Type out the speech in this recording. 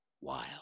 wild